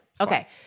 okay